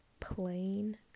plain